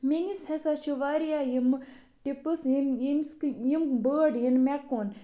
مےٚ نِس ہَسا چھِ واریاہ یِمہٕ ٹِپٕس یِم ییٚمِس یِم بٲڈ یِن مےٚ کُن